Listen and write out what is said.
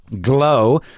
Glow